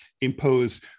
impose